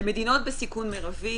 מדינות בסיכון מרבי,